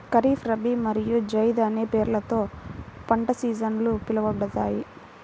ఖరీఫ్, రబీ మరియు జైద్ అనే పేర్లతో పంట సీజన్లు పిలవబడతాయి